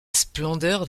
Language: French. splendeur